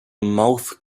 mouth